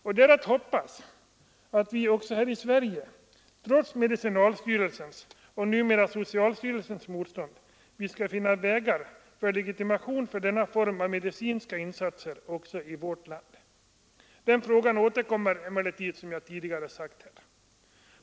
Det är att hoppas att vi också här i Sverige, trots medicinalstyrelsens och numera socialstyrelsens motstånd skall kunna finna vägar för legitimation av denna form av medicinska insatser. Till den frågan får vi emellertid återkomma, som jag tidigare sade.